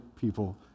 people